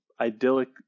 idyllic